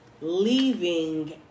leaving